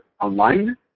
online